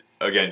again